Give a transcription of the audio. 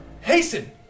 Hasten